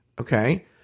Okay